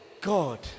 God